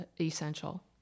essential